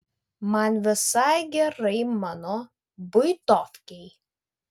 man visai gerai mano buitovkėj